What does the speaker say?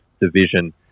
division